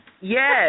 Yes